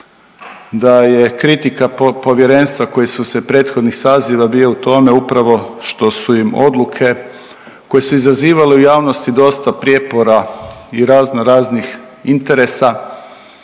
da je kritika povjerenstva koji su se prethodnih saziva bio u tome upravo što su im odluke koje su izazivale u javnosti dosta prijepora i razno raznih interesa